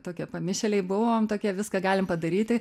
tokie pamišėliai buvom tokie viską galim padaryti